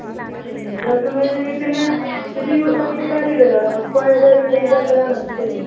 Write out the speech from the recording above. മ് ശരിയാക്കുന്നതിൽ പിന്നെ ഇത് യൂസ് ആക്കിയിട്ട് കാര്യം ഇല്ലല്ലോ ഇപ്പോൾ ഏതായാലും ചേഞ്ച് ആക്കുന്നതാണോ ശരി